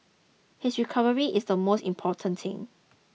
his recovery is the most important thing